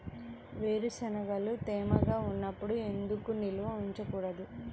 వేరుశనగలు తేమగా ఉన్నప్పుడు ఎందుకు నిల్వ ఉంచకూడదు?